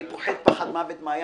אני פוחד פחד מוות מהים,